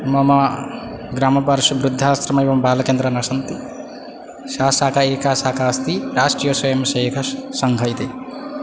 मम ग्रामपार्श्वे वृद्धाश्रमः एवं बालकेन्द्रं न सन्ति सा शाखा एका शाखा अस्ति राष्ट्रियस्वयंसेवकसङ्घः इति